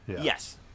Yes